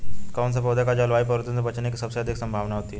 कौन से पौधे को जलवायु परिवर्तन से बचने की सबसे अधिक संभावना होती है?